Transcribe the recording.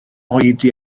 oedi